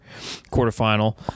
quarterfinal